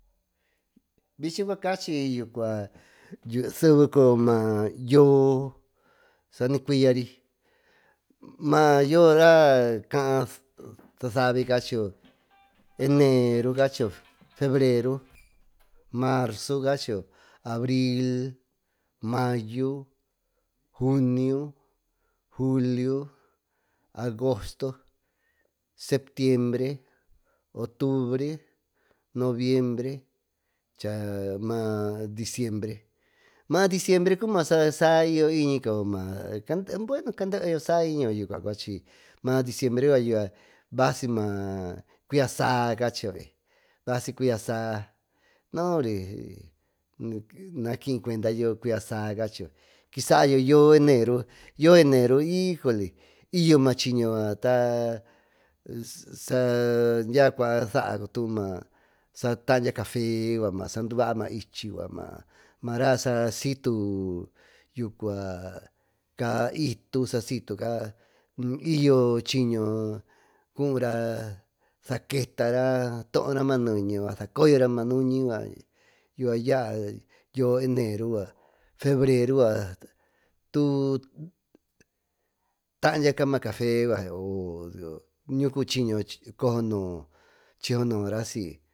Vichy cua cachy yucu maayoo sani cuiyara mayo raa sacaá sasavi cachiyo enero cachiyo febrero, marzo cachiyo abril, mayu, junio, julio, agosto, septiembre. octubre, noviembre chana diciembre ma diciembre, cubi sasaiñi como maá bueno caandeyo basinaacuiyo saa cacha yoo makiy cuendayo cuya saá cachiyo kisaáyo enero i yo ma chiño yucua saadya cuya saa maa taándya cachesaduvaa maichy mara sa situ saa itu y yo chiño cuúra saketara toora naneye sacoyora, ma nuñi yucua yucua yoo enero yucua febrero yucua tu taadyaca ma cafe ñu chiño cosonoo chi sondraa si.